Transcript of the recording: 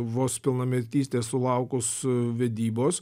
vos pilnametystės sulaukus vedybos